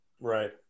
right